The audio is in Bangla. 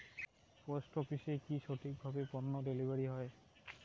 পোস্ট অফিসে কি সঠিক কিভাবে পন্য ডেলিভারি হয়?